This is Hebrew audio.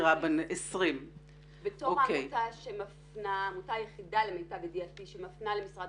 20. אנחנו העמותה היחידה למיטב ידיעתי שמפנה למשרד